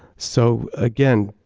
so again,